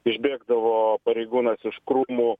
išbėgdavo pareigūnas iš krūmų